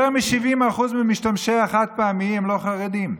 יותר מ-70% ממשתמשי החד-פעמי הם לא חרדים,